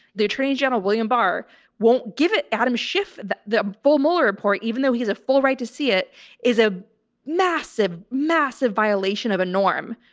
the attorney general william barr won't give it adam schiff the the full mueller report, even though he has a full right to see it is a massive, massive violation of a norm.